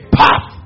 path